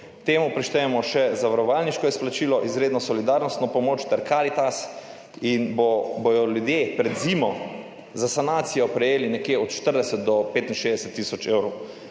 Temu prištejemo še zavarovalniško izplačilo, izredno solidarnostno pomoč ter Karitas in bodo ljudje pred zimo za sanacijo prejeli nekje od 40 do 65 tisoč evrov.